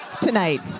tonight